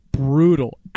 Brutal